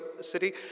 city